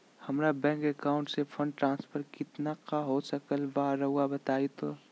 हमरा bank account से fund transfer कितना का हो सकल बा रुआ बताई तो?